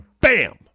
bam